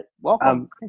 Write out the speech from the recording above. Welcome